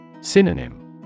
Synonym